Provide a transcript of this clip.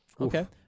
Okay